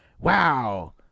wow